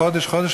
חודש-חודש,